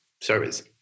service